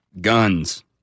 guns